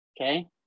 okay